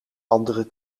andere